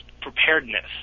preparedness